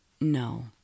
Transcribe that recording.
No